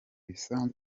bisanzwe